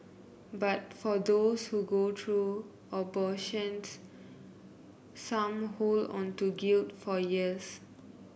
but for those who go through abortions some hold on to guilt for years